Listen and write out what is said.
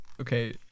Okay